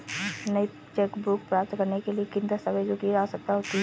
नई चेकबुक प्राप्त करने के लिए किन दस्तावेज़ों की आवश्यकता होती है?